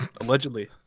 Allegedly